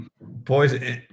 boys